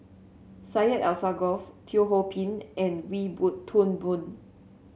Syed Alsagoff Teo Ho Pin and Wee Boon Toon Boon